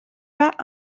pas